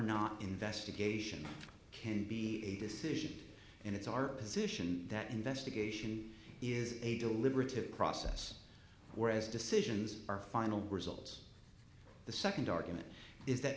not investigation can be a decision and it's our position that investigation is a deliberative process where as decisions are final result the second argument is that